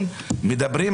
אני פלסטיני.